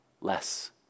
less